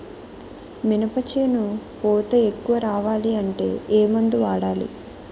మినప చేను పూత ఎక్కువ రావాలి అంటే ఏమందు వాడాలి?